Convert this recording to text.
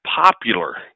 popular